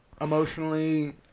emotionally